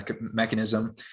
mechanism